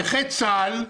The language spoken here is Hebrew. נכי צה"ל,